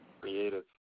Creative